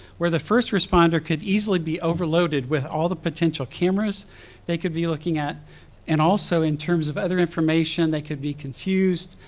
where the first responder could easily be overloaded with all the potential cameras they could be looking at and also in terms of other information, they could be confused,